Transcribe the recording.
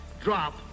drop